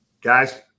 Guys